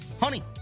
honey